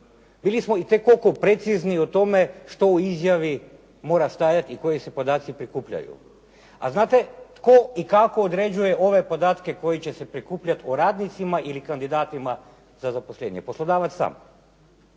bili smo itekako precizni u tome što u izjavi mora stajati i koji se podaci prikupljaju. A znate tko i kako određuje ove podatke koji će se prikupljat o radnicima ili kandidatima za zaposlenje? Poslodavac sam,